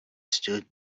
stood